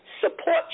support